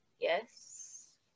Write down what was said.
Yes